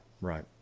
Right